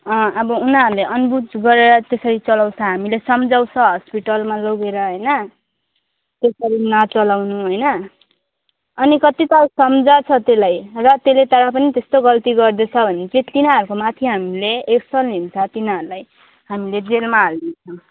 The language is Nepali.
अँ अब उनीहरूले अनबुझ गरेर त्यसरी चलाउँछ हामीले सम्झाउँछ हस्पिटलमा लगेर होइन त्यसरी नचलाउनु होइन अनि कतिताल सम्झाउँछ त्यसलाई र त्यसले तर पनि त्यस्तो गल्ती गर्दैछ भने चाहिँ तिनीहरूको माथि हामीले एक्सन लिन्छौँ तिनीहरूलाई हामीले जेलमा हालिदिन्छौँ